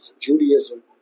Judaism